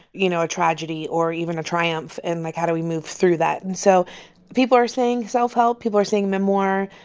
you know, a tragedy or even a triumph. and, like, how do we move through that? and so people are saying self-help. people are saying memoir.